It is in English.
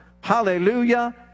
Hallelujah